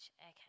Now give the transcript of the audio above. Okay